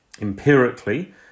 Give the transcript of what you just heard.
Empirically